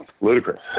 ludicrous